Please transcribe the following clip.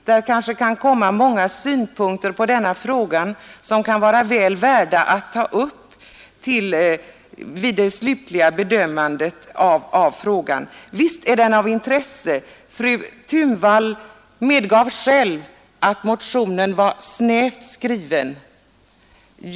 Där kan det kanske komma många synpunkter på denna fråga som kan vara väl värda att ta upp vid det slutliga bedömandet. Visst är frågan av intresse. Fru Thunvall medgav att motionen var snävt skriven.